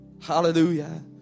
Hallelujah